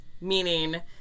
meaning